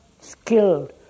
skilled